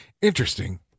interesting